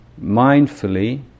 mindfully